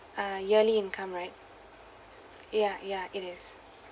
uh early income right ya ya it is